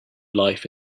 life